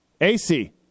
AC